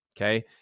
Okay